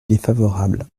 défavorable